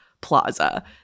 Plaza